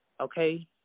okay